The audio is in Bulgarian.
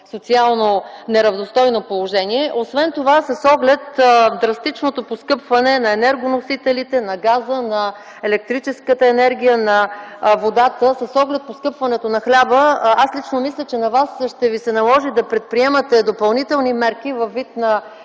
социално положение. Освен това с оглед драстичното поскъпване на енергоносителите, на газа, на електрическата енергия и водата, с оглед поскъпването на хляба, аз лично мисля, че на Вас ще ви се наложи да предприемате допълнителни мерки във вид на